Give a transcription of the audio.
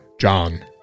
John